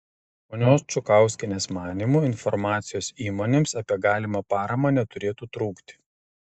ponios čukauskienės manymu informacijos įmonėms apie galimą paramą neturėtų trūkti